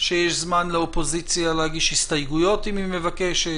שיש זמן לאופוזיציה להגיש הסתייגויות אם היא מבקשת,